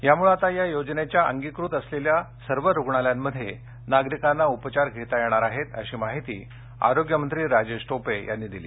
यामुळे आता या योजनेच्या अंगीकृत असलेल्या सर्व रुग्णालयांमध्ये नागरिकांना उपचार घेता येणार आहेत अशी माहिती आरोग्यमंत्री राजेश टोपे यांनी दिली